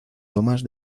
tomás